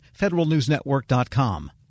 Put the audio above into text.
federalnewsnetwork.com